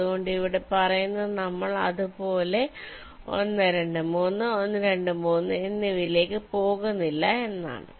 അതുകൊണ്ട് ഇവിടെ പറയുന്നത് നമ്മൾ അത് പോലെ 1 2 3 1 2 3 എന്നിവയിലേക്ക് പോകുന്നില്ല എന്നാണ്